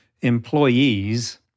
employees